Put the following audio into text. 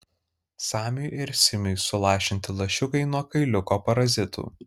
samiui ir simiui sulašinti lašiukai nuo kailiuko parazitų